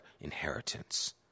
inheritance